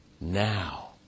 Now